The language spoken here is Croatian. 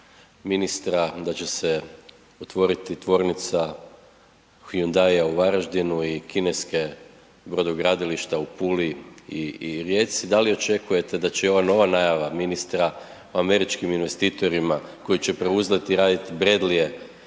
ministra da će se otvoriti tvornica Hyundaia u Varaždinu i kineske brodogradilišta u Puli i Rijeci. Da li očekujete da će i ova nova najava ministra o američkim investitorima koji će preuzeti i raditi Bradleyje